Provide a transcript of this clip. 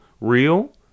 real